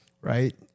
right